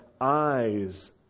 eyes